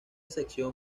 sección